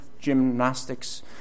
gymnastics